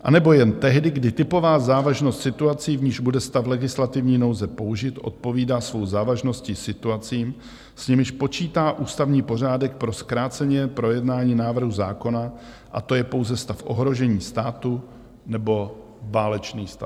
Anebo jen tehdy, kdy typová závažnost situací, v nichž bude stav legislativní nouze použit, odpovídá svou závažností situacím, s nimiž počítá ústavní pořádek pro zkrácené projednání návrhu zákona, a to je pouze stav ohrožení státu nebo válečný stav.